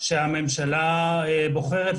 שהממשלה בוחרת,